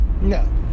No